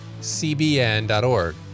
cbn.org